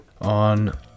on